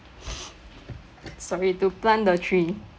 sorry to plant the tree